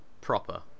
Proper